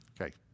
Okay